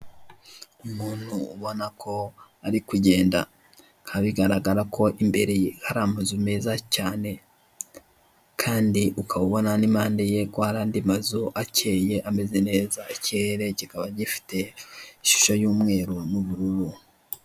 Umuntu ubona ko ari kugenda bikaba, bigaragara ko imbere ye hari amazu meza cyane. Kandi ukaba ubona ko hari andi mazu akeye ameze neza, ikirere kikaba gifite ishusho y'umweru n'ubururu.